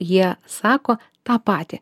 jie sako tą patį